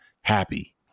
happy